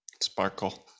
sparkle